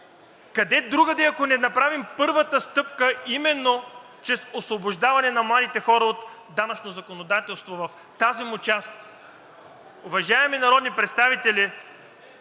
Къде другаде, ако не направим първата стъпка, именно чрез освобождаване на младите хора от данъчно законодателство в тази му част? Уважаеми народни представители,